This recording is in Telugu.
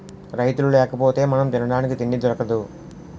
రైతులు లేకపోతె మనం తినడానికి తిండి దొరకదు